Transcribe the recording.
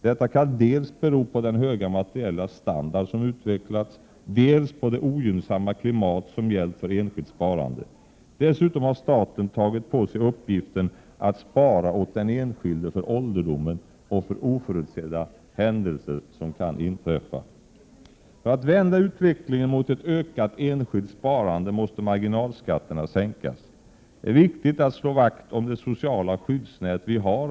Detta kan dels bero på den höga materiella standard som utvecklats, dels på det ogynnsamma klimat som gällt för enskilt sparande. Dessutom har staten tagit på sig uppgiften att spara åt den enskilde för ålderdomen och för oförutsedda händelser som kan inträffa. För att vända utvecklingen mot ett ökat enskilt sparande måste marginalskatterna sänkas. Det är viktigt att slå vakt om det sociala skyddsnät vi har.